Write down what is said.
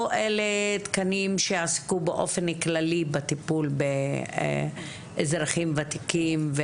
או אלה תקנים שעסקו באופן כללי בטיפול באזרחים ותיקים,